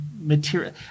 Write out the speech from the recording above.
material